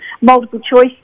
multiple-choice